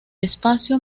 espacio